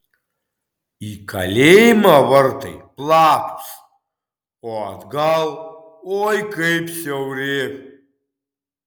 į kalėjimą vartai platūs o atgal oi kaip siauri